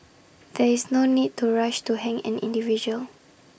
there is no need to rush to hang an individual